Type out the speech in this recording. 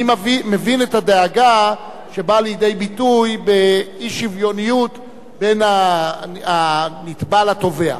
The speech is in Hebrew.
אני מבין את הדאגה שבאה לידי ביטוי באי-שוויוניות בין הנתבע לתובע,